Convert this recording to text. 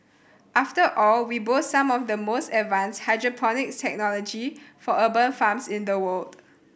after all we boast some of the most advanced hydroponics technology for urban farms in the world